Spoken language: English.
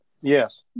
Yes